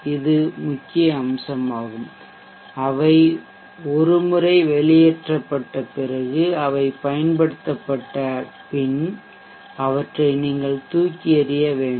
இது முக்கிய அம்சமாகும் அவை ஒரு முறை வெளியேற்றப்பட்ட பிறகு அவை பயன்படுத்தப்பட்ட பின் அவற்றை நீங்கள் தூக்கி எறிய வேண்டும்